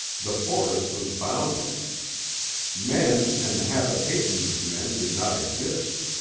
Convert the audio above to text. the forest was boundless men and the habitations of men did not exist.